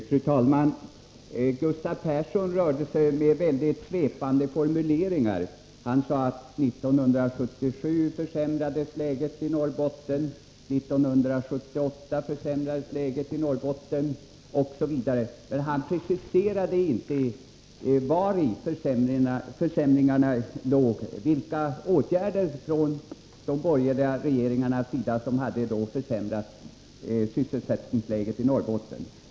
Fru talman! Gustav Persson rörde sig med väldigt svepande formuleringar. Han sade att 1977 försämrades läget i Norrbotten, 1978 försämrades läget i Norrbotten, osv., men han preciserade inte vari försämringarna bestod eller vilka åtgärder från de borgerliga regeringarnas sida som hade försämrat sysselsättningsläget i Norrbotten.